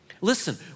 Listen